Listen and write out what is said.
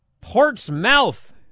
Portsmouth